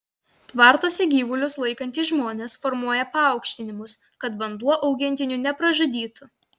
tvartuose gyvulius laikantys žmonės formuoja paaukštinimus kad vanduo augintinių nepražudytų